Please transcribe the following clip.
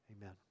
Amen